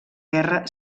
guerra